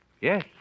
Yes